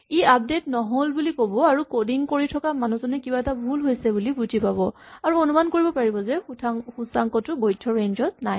ই update নহ'ল বুলি ক'ব আৰু কডিং কৰি থকা মানুহজনে কিবা এটা ভুল হৈছে বুলি বুজি পাব আৰু অনুমান কৰিব পাৰিব যে সূচাংকটো বৈধ্য ৰেঞ্জ ত নাই